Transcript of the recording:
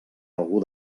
algú